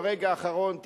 ברגע האחרון תתעשתו,